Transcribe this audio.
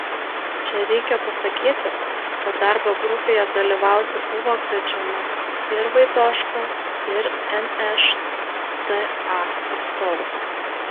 čia reikia pasakyti kad darbo grupėje dalyvauti buvo kviečiami ir vaitoška ir nšta atstovas